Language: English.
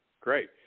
Great